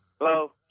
Hello